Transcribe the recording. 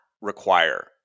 require